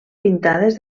pintades